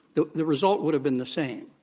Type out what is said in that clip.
the the result would have been the same.